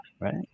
right